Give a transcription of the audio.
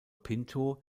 pinto